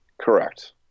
Correct